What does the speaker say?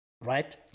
Right